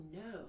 no